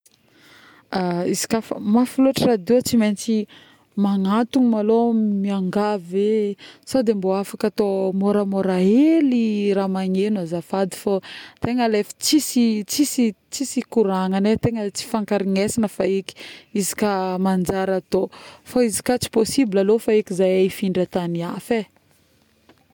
izy ka fa mafy lôtry radio, tsy maintsy magnatogna malôha miangavy ee, sôdy mbô afaka atao môramôra hely raha magneno azafady fô tegna le fa tsisy tsisy, tsisy koragnanay tegna tsy ifakaregnesagna fa eky, izy ka manjary atao, izy ka tsy possible alô, fa eky zahay ifindra antagny afa ee